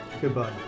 goodbye